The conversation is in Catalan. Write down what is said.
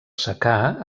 secà